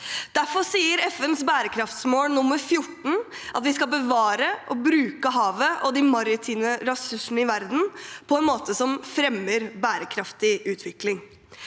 Derfor sier FNs bærekraftsmål nr. 14 at vi skal bevare og bruke havet og de maritime ressursene i verden på en måte som fremmer bærekraftig utvikling.